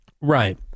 Right